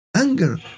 anger